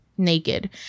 naked